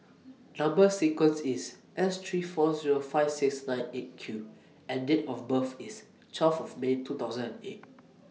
Number sequence IS S three four Zero five six nine eight Q and Date of birth IS twelve May two thousand and eight